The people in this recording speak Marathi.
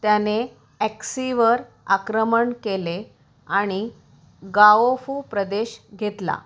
त्याने ॲक्सीवर आक्रमण केले आणि गाओफू प्रदेश घेतला